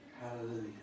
Hallelujah